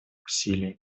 усилий